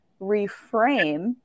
reframe